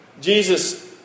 Jesus